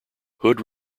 hood